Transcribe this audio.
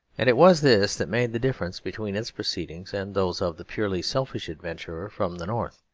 and it was this that made the difference between its proceedings and those of the purely selfish adventurer from the north,